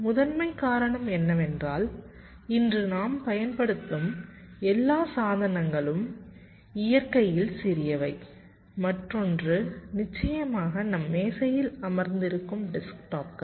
முதன்மைக் காரணம் என்னவென்றால் இன்று நாம் பயன்படுத்தும் எல்லா சாதனங்களும் இயற்கையில் சிறியவை மற்றொன்று நிச்சயமாக நம் மேசையில் அமர்ந்திருக்கும் டெஸ்க்டாப்கள்